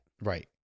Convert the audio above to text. Right